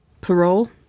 Parole